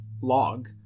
log